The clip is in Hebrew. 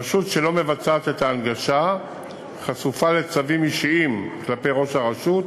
רשות שלא מבצעת את ההנגשה חשופה לצווים אישיים כלפי ראש הרשות,